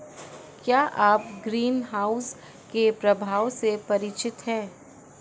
क्या आप ग्रीनहाउस के प्रभावों से परिचित हैं?